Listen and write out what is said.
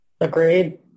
Agreed